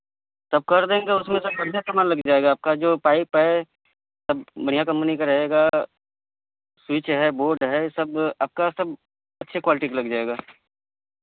तब कर देंगे उसमें उसमें तो बढ़िया सामान लग जाएगा आपका जो पाइप है सब बढ़िया कंपनी का रहेगा स्विच है बोर्ड है सब आपका सब अच्छे क्वालिटी का लग जाएगा